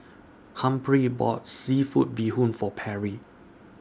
Humphrey bought Seafood Bee Hoon For Perry